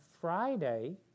Friday